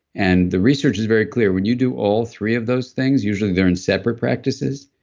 and the research is very clear. when you do all three of those things, usually they're in separate practices.